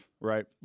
Right